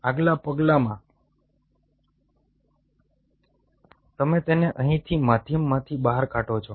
આગલા પગલામાં તમે તેને અહીંથી માધ્યમમાંથી બહાર કાઢો છો